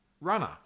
runner